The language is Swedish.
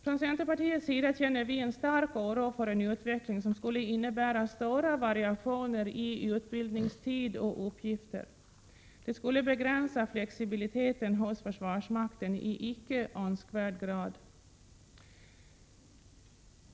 Från centerpartiets sida känner vi en stark oro för en utveckling som skulle innebära stora variationer i utbildningstid och uppgifter. Det skulle begränsa flexibiliteten hos försvarsmakten i icke önskvärd grad.